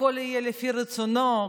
הכול יהיה לפי רצונו.